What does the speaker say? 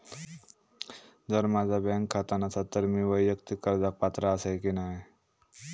जर माझा बँक खाता नसात तर मीया वैयक्तिक कर्जाक पात्र आसय की नाय?